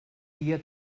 dia